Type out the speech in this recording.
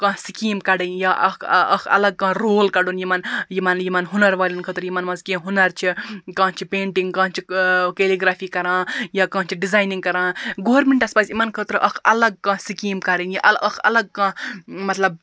کانٛہہ سِکیٖم کَڈٕنۍ یا اکھ اکھ اَلَگ کانٛہہ رول کَڈُن یِمَن یِمَن یِمَن ہُنَر والیٚن خٲطرٕ یِمَن مَنٛز کیٚنٛہہ ہُنَر چھُ کانٛہہ چھِ پینٹِنٛگ کانٛہہ چھُ کیلِ گرٛافی کَران یا کانٛہہ چھُ ڈِزاینِنٛگ کَران گورمِنٹَس پَزِ یِمَن خٲطرٕ اکھ اَلَگ کانٛہہ سِکیٖم کَرٕنۍ اکھ الَگ کانٛہہ مَطلَب